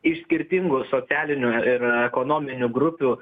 iš skirtingų socialinių ir ekonominių grupių